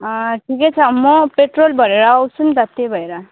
ठिकै छ म पेट्रोल भरेर आउँछु नि त त्यही भएर